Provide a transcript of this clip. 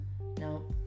No